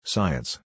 Science